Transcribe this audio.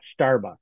Starbucks